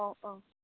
अ